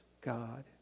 God